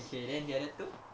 okay then the other two